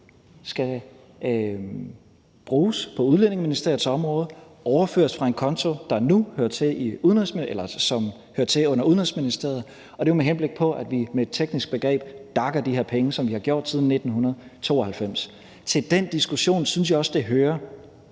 skal bruges på Udlændingeministeriets område. De overføres fra en konto, som hører til under Udenrigsministeriet, og det er jo med henblik på, at vi – med et teknisk begreb – DAC'er de her penge, sådan som vi har gjort det siden 1992. Med til den diskussion synes jeg også det hører,